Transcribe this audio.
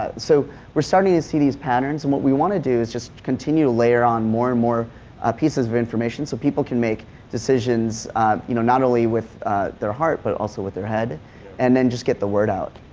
ah so weire starting to see these patterns and what we wanna do is just continue to layer on more and more pieces of information so people can make decisions you know not only with their heart but also with their head and then just get the word out.